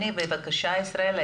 בבקשה ישראלה.